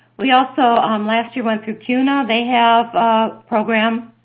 we also um last year went through cuna. they have a program,